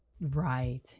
right